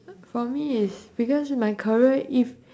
for me is because my career if